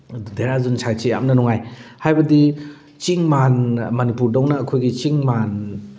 ꯑꯗꯨ ꯙꯦꯔꯥꯗꯨꯟ ꯁꯥꯏꯠꯁꯤ ꯌꯥꯝꯅ ꯅꯨꯡꯉꯥꯏ ꯍꯥꯏꯕꯗꯤ ꯆꯤꯡ ꯃꯥꯟꯅ ꯃꯅꯤꯄꯨꯔꯗꯧꯅ ꯑꯩꯈꯣꯏꯒꯤ ꯆꯤꯡ ꯃꯥꯟ